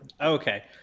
Okay